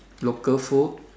local food